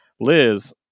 Liz